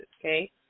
okay